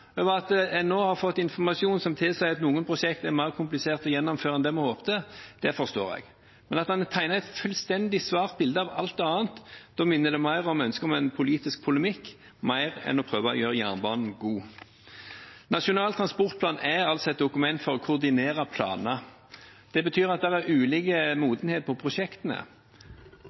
over at en nå har fått informasjon som tilsier at noen prosjekter er mer komplisert å gjennomføre enn vi håpet, forstår jeg, men når en tegner et fullstendig svart bilde av alt annet, minner det mer om et ønske om en politisk polemikk enn om å prøve å gjøre jernbanen god. Nasjonal transportplan er et dokument for å koordinere planer. Det betyr at det er ulik modenhet på prosjektene.